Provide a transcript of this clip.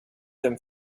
than